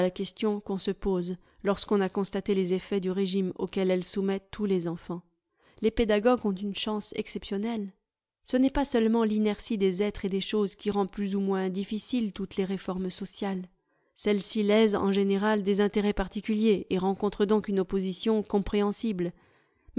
question qu'on se pose lorsqu'on a constaté les effets du régime auquel elle soumet tous les enfants les pédagogues ont une chance exceptionnelle ce n'est pas seulement l'inertie des êtres et des choses qui rend plus ou moins difficiles toutes les réformes sociales celle-ci lèsent en général des intérêts particuliers et rencontrent donc une opposition compréhensible